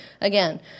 Again